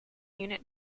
unit